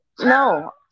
No